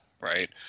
right